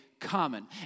common